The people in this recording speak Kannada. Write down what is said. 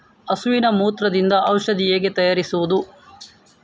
ಹಸುವಿನ ಮೂತ್ರದಿಂದ ಔಷಧ ಹೇಗೆ ತಯಾರಿಸುವುದು?